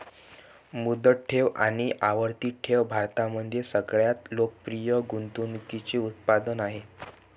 मुदत ठेव आणि आवर्ती ठेव भारतामध्ये सगळ्यात लोकप्रिय गुंतवणूकीचे उत्पादन आहे